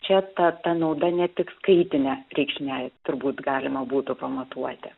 čia ta ta nauda ne tik skaitine reikšme turbūt galima būtų pamatuoti